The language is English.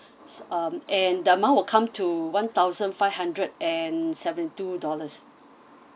um and the amount will come to one thousand five hundred and seventy two dollars